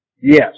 Yes